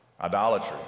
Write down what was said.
idolatry